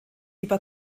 über